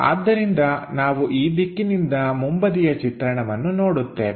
ಆದ್ದರಿಂದ ನಾವು ಈ ದಿಕ್ಕಿನಿಂದ ಮುಂಬದಿಯ ಚಿತ್ರಣವನ್ನು ನೋಡುತ್ತೇವೆ